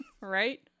right